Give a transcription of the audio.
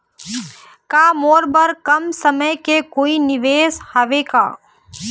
का मोर बर कम समय के कोई निवेश हावे का?